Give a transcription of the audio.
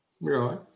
right